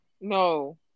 No